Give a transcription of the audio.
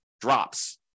drops